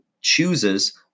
chooses